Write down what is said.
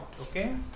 okay